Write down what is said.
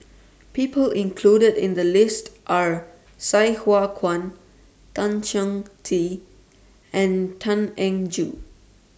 People included in The list Are Sai Hua Kuan Tan Chong Tee and Tan Eng Joo